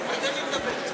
תן לי לדבר.